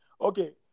Okay